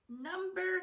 number